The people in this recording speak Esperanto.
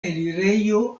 elirejo